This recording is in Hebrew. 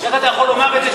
איך אתה יכול לומר את זה?